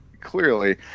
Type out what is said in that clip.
Clearly